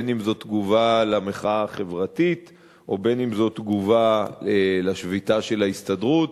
בין אם זאת תגובה למחאה החברתית ובין אם זאת תגובה לשביתה של ההסתדרות.